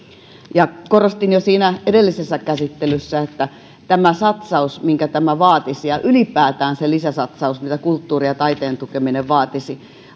korostin jo edellisessä käsittelyssä että satsaus minkä tämä vaatisi ja ylipäätään se lisäsatsaus mitä kulttuurin ja taiteen tukeminen vaatisi